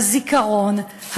הזיכרון,